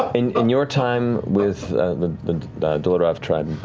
and in your time with the the dolorav tribe,